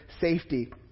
safety